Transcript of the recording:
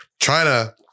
China